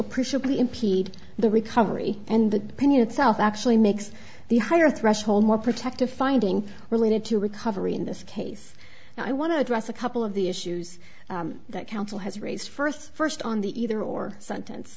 appreciably impede the recovery and the pinion itself actually makes the higher threshold more protective finding related to recovery in this case i want to address a couple of the issues that council has raised first first on the either or